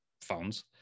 phones